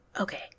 Okay